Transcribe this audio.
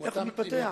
איך הוא מתפתח,